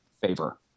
favor